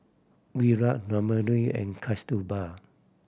Virat Ramdev and Kasturba